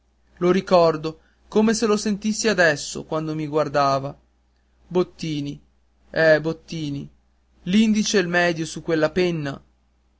lo ricordo come lo sentissi adesso quando mi gridava bottini eh bottini l'indice e il medio su quella penna